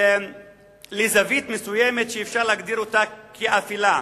לזווית מסוימת שאפשר להגדיר אותה כאפלה,